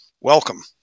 welcome